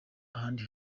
ahandi